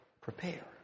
prepare